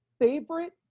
favorite